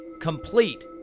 complete